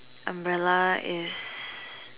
umbrella is